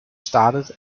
started